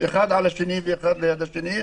זה אחד על השני ואחד ליד השני.